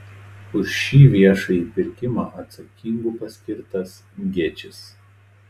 už šį viešąjį pirkimą atsakingu paskirtas gečis